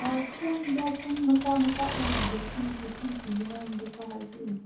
ꯁꯣꯝꯗ ꯁꯪ ꯃꯆꯥ ꯃꯆꯥ ꯎꯔꯤꯕꯁꯤꯡꯁꯦ ꯁꯤꯁꯤꯒꯤ ꯃꯔꯝꯗꯨ ꯈꯔ ꯍꯥꯏꯕꯤꯎꯅꯦ